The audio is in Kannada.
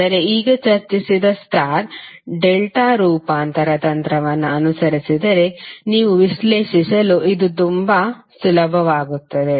ಆದರೆ ಈಗ ಚರ್ಚಿಸಿದ ಸ್ಟಾರ್ ಡೆಲ್ಟಾ ರೂಪಾಂತರ ತಂತ್ರವನ್ನು ಅನುಸರಿಸಿದರೆ ನೀವು ವಿಶ್ಲೇಷಿಸಲು ಇದು ತುಂಬಾ ಸುಲಭವಾಗುತ್ತದೆ